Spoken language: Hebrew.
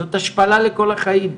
זאת השפלה לכל החיים,